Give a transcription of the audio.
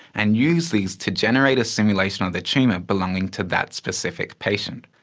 and use these to generate a simulation of the tumour belonging to that specific patient.